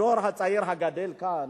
הדור הצעיר הגדל כאן,